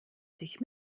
sich